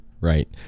right